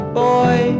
boy